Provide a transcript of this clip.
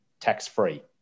tax-free